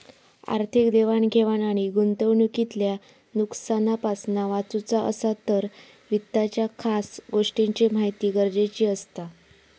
आर्थिक देवाण घेवाण आणि गुंतवणूकीतल्या नुकसानापासना वाचुचा असात तर वित्ताच्या खास गोष्टींची महिती गरजेची असता